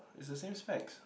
it's the same specs